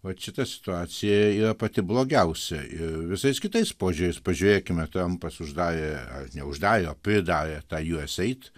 vat šita situacija yra pati blogiausia ir visais kitais požiūriais pažiūrėkime trampas uždarė ar neuždarė o pridarė tą usaid